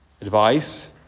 Advice